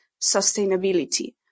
sustainability